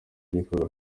rwitwa